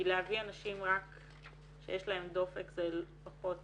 כי להביא אנשים רק שיש להם דופק זה פחות